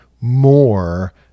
more